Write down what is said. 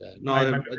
no